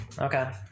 Okay